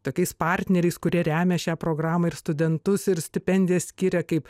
tokiais partneriais kurie remia šią programą ir studentus ir stipendijas skiria kaip